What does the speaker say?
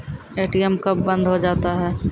ATM कब बंद हो जाता हैं?